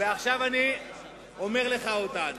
ועכשיו אני אומר לך אותן.